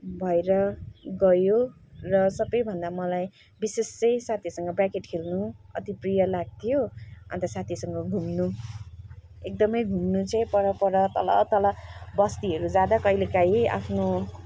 भएर गयो र सबैभन्दा मलाई विशेष चाहिँ साथीहरूसँग ब्रेकेट खेल्नु अति प्रिय लाग्थ्यो अन्त साथीहरूसँग घुम्नु एकदमै घुम्नु चाहिँ पर पर तल तल बस्तीहरू जाँदा कहिलेकाहीँ आफ्नो